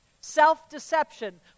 Self-deception